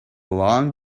long